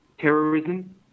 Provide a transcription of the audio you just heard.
terrorism